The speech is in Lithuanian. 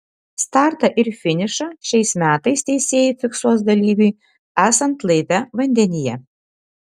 startą ir finišą šiais metais teisėjai fiksuos dalyviui esant laive vandenyje